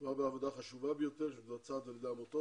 זאת עבודה חשובה ביותר שמתבצעת על ידי העמותות